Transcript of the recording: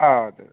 ആ അതെ